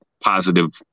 positive